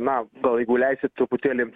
na gal jeigu leisit truputėlį